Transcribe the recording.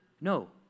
No